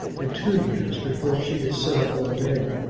and two years before she could sit up all day.